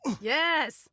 Yes